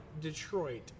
Detroit